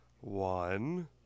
one